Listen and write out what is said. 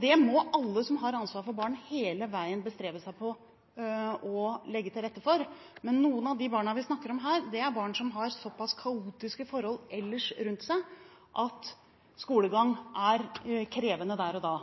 Det må alle som har ansvar for barn, hele veien bestrebe seg på å legge til rette for. Men noen av de barna vi snakker om her, er barn som har såpass kaotiske forhold ellers rundt seg at skolegang er krevende der og da.